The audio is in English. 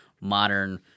modern